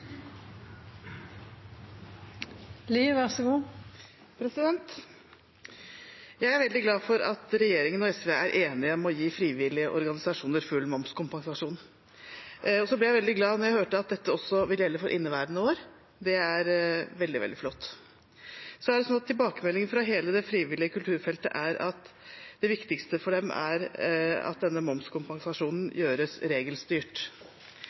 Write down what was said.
enige om å gi frivillige organisasjoner full momskompensasjon, og jeg ble veldig glad da jeg hørte at dette også vil gjelde for inneværende år. Det er veldig, veldig flott. Så er det sånn at tilbakemeldingen fra hele det frivillige kulturfeltet er at det viktigste for dem er at denne momskompensasjonen gjøres regelstyrt.